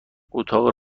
اتاق